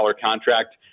contract